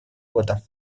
года